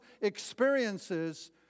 experiences